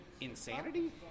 insanity